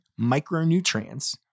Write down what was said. micronutrients